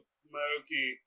smoky